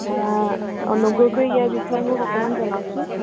অনুগ্ৰহ কৰি ইয়াৰ বিষয়ে মোক অকণমান জনাওকচোন